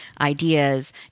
ideas